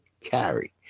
carry